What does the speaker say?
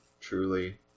Truly